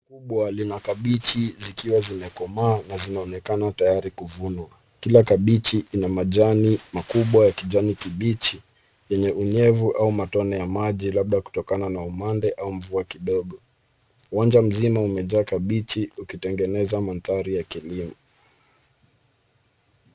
Shamba kubwa lina kabeji, zikiwa zimekomaa na zinaonekana tayari kuvunwa. Kila kabeji ina majani makubwa ya kijani kibichi, yenye unyevu au matone ya maji, labda kutokana na umande au mvua kidogo. Uwanja mzima umejaa kabeji, ukitengeneza mandhari ya kilimo.